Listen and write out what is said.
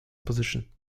position